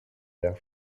der